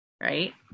Right